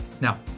Now